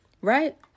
right